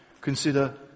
consider